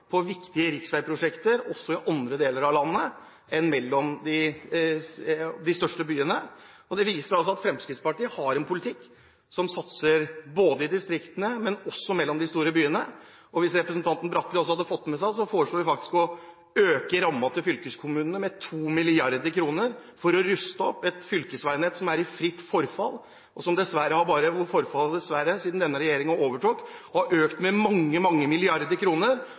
på viktige riksveiprosjekter også i andre deler av landet enn mellom de største byene. Det viser at Fremskrittspartiet har en politikk som satser både i distriktene og mellom de store byene. Hvis representanten Bratli ikke har fått det med seg, foreslår vi faktisk å øke rammen til fylkeskommunene med 2 mrd. kr for å ruste opp et fylkesveinett som er i fritt forfall, og hvor forfallet dessverre – siden denne regjeringen overtok – har økt med mange, mange milliarder kroner.